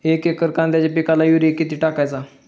एक एकर कांद्याच्या पिकाला युरिया किती टाकायचा?